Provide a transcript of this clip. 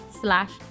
slash